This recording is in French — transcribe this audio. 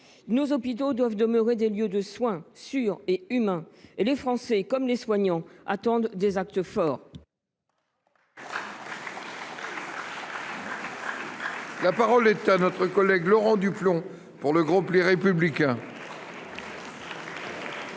Nos hôpitaux doivent demeurer des lieux de soins sûrs et humains. Les Français comme les soignants attendent des actes forts ! La parole est à M. Laurent Duplomb, pour le groupe Les Républicains.